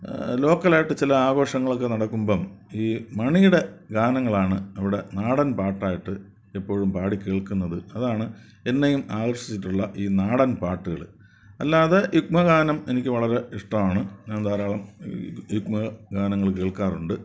local ആയിട്ട് ചില ആഘോഷങ്ങളൊക്കെ നടക്കുമ്പം ഈ മണിയുടെ ഗാനങ്ങളാണ് ഇവിടെ നാടൻ പാട്ടായിട്ട് എപ്പോഴും പാടിക്കേൾക്കുന്നത് അതാണ് എന്നെയും ആകർഷിച്ചിട്ടുള്ള ഈ നാടൻ പാട്ടുകൾ അല്ലാതെ യുഗ്മ ഗാനം എനിക്ക് വളരെ ഇഷ്ടമാണ് ഞാൻ ധാരാളം യുഗ്മ ഗാനങ്ങൾ കേൾക്കാറുണ്ട്